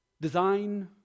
Design